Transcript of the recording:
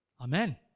Amen